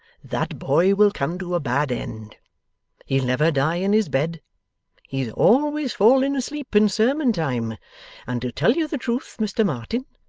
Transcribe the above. that boy will come to a bad end he'll never die in his bed he's always falling asleep in sermon-time and to tell you the truth, mr marton,